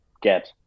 get